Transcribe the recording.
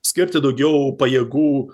skirti daugiau pajėgų